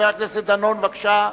חבר הכנסת דנון, בבקשה.